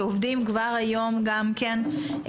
שעובדים כבר היום גם כן,